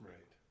Right